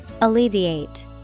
Alleviate